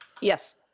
yes